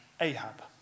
Ahab